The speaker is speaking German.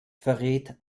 verrät